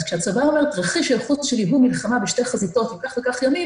אז כשהצבא אומר תרחיש היערכות של ייבוא מלחמה בשתי חזיתות בכך וכך ימים,